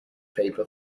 paper